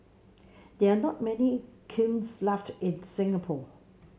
there are not many kilns left in Singapore